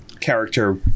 character